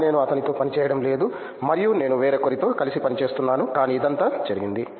కానీ నేను అతనితో పనిచేయడం లేదు మరియు నేను వేరొకరితో కలిసి పని చేస్తున్నాను కానీ ఇదంతా జరిగింది